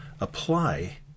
apply